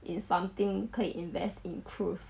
in something 可以 invest in cruise